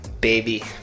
baby